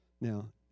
Now